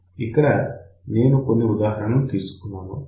ఇక్కడ నేను కొన్ని ఉదాహరణలు తీసుకున్నాను